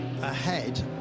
ahead